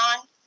on